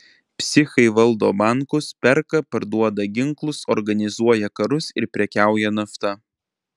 psichai valdo bankus perka parduoda ginklus organizuoja karus ir prekiauja nafta